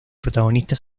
protagonista